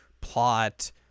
plot